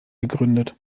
gegründet